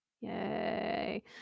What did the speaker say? yay